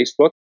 Facebook